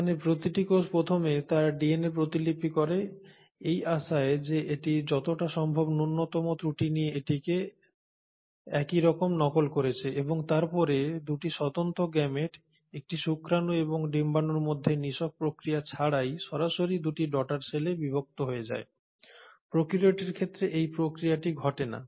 এখানে প্রতিটি কোষ প্রথমে তার ডিএনএটি প্রতিলিপি করে এই আশায় যে এটি যতটা সম্ভব ন্যূনতম ত্রুটি নিয়ে এটিকে একই রকম নকল করছে এবং তারপরে 2টি স্বতন্ত্র গেমেট একটি শুক্রাণু এবং ডিম্বাণুর মধ্যে নিষেক প্রক্রিয়া ছাড়াই সরাসরি 2টি ডটার সেলে বিভক্ত হয়ে যায় প্রাকারিওটের ক্ষেত্রে এই প্রক্রিয়াটি ঘটে না